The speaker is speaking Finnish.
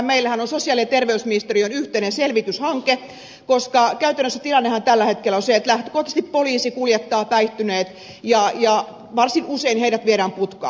meillähän on sosiaali ja terveysministeriön yhteinen selvityshanke koska käytännössä tilannehan tällä hetkellä on se että lähtökohtaisesti poliisi kuljettaa päihtyneet ja varsin usein heidät viedään putkaan